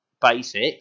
basic